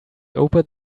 opened